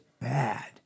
bad